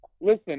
listen